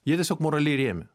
jie tiesiog moraliai rėmė